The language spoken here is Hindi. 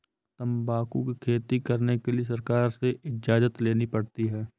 तंबाकू की खेती करने के लिए सरकार से इजाजत लेनी पड़ती है